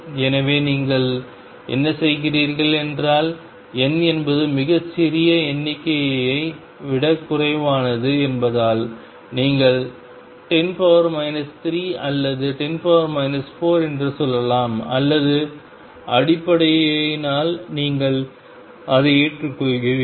எனவே நீங்கள் என்ன செய்கிறீர்கள் என்றால் N என்பது மிகச் சிறிய எண்ணிக்கையை விடக் குறைவானது என்பதால் நீங்கள் 10 3 அல்லது 10 4 என்று சொல்லலாம் அல்லது அப்படியானால் நீங்கள் அதை ஏற்றுக்கொள்கிறீர்கள்